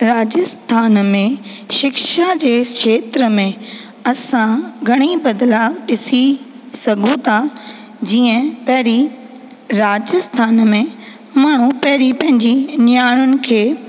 राजस्थान में शिक्षा जे खेत्र में असां घणेई बदिलाउ ॾिसी सघूं था जीअं पहिरीं राजस्थान में माण्हू पहिरी पंहिंजी न्याणियुनि खे